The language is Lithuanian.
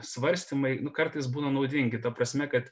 svarstymai nu kartais būna naudingi ta prasme kad